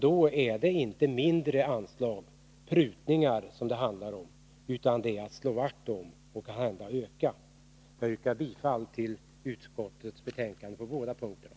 Då är det inte mindre anslag, prutningar, som det handlar om, utan det gäller att slå vakt om anslagen och kanhända öka dem. Jag yrkar bifall till utskottets hemställan i båda betänkandena.